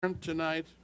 Tonight